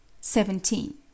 seventeen